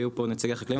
היו פה נציגי החקלאים.